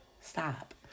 Stop